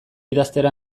idaztera